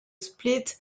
split